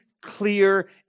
clear